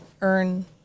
earn